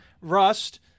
Rust